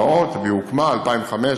היא הוקמה ב-2005,